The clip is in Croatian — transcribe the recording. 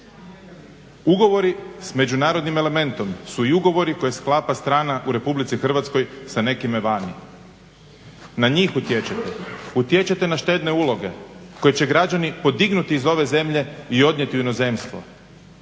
Ugovori s međunarodnim elementom su i ugovori koje sklapa strana u RH sa nekime vani. Na njih utječete, utječete na štedne uloge koje će građani podignuti iz ove zemlje i odnijeti u inozemstvo.